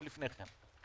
עוד לפני כן.